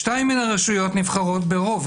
שתיים מן הרשויות נבחרות ברוב,